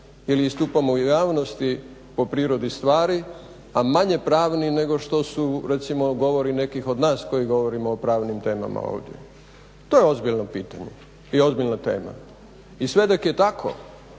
ili istupamo u javnosti po prirodi stvari, a manje pravni nego što su recimo govori nekih od nas koji govorimo o pravnim temama ovdje. To je ozbiljno pitanje i ozbiljna tema i sve dok je tako